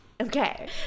Okay